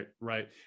right